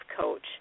coach